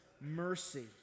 mercy